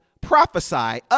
prophesy